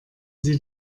sie